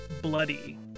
Bloody